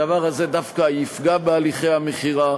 הדבר הזה דווקא יפגע בהליכי המכירה,